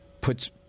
puts